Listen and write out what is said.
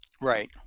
Right